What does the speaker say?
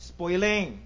Spoiling